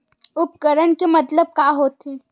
उपकरण के मतलब का होथे?